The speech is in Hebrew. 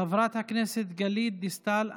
חברת הכנסת גלית דיסטל אטבריאן,